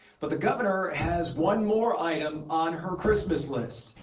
but the governor has one more item on her christmas list.